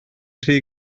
rhy